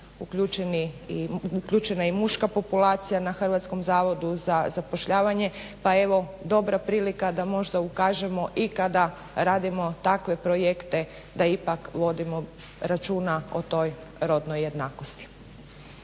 uključene i muška populacija na Hrvatskom zavodu za zapošljavanje pa evo dobra prilika da možda ukažemo i kada radimo takve projekte da ipak vodimo računa o toj rodnoj jednakosti.